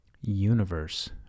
universe